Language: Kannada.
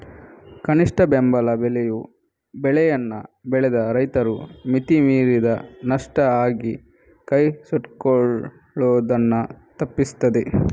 ಕನಿಷ್ಠ ಬೆಂಬಲ ಬೆಲೆಯು ಬೆಳೆಯನ್ನ ಬೆಳೆದ ರೈತರು ಮಿತಿ ಮೀರಿದ ನಷ್ಟ ಆಗಿ ಕೈ ಸುಟ್ಕೊಳ್ಳುದನ್ನ ತಪ್ಪಿಸ್ತದೆ